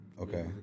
Okay